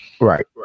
Right